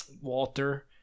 Walter